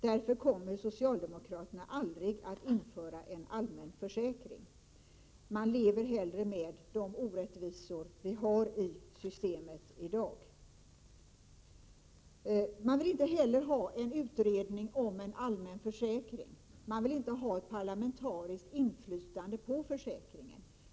Därför kommer socialdemokraterna aldrig att införa en allmän försäkring. Man lever hellre med de orättvisor som vi har i systemet i dag. Man vill inte heller ha en utredning om en allmän försäkring. Man vill inte ha ett parlamentariskt inflytande på försäkringen.